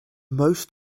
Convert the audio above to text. most